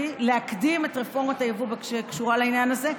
להקדים את רפורמת היבוא שקשורה לעניין הזה.